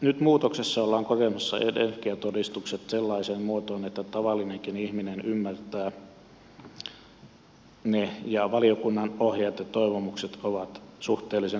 nyt muutoksessa ollaan korjaamassa energiatodistukset sellaiseen muotoon että tavallinenkin ihminen ymmärtää ne ja valiokunnan ohjeet ja toivomukset ovat suhteellisen tarkkoja